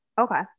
Okay